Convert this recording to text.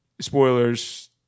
Spoilers